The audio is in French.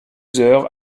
heures